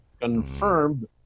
confirmed